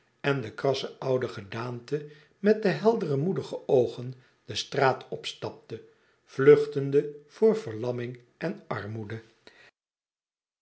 en de krasse oude gedaante met de heldere moedige oogen de straat opstapte vluchtende voor verlamming en armoede